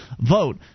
vote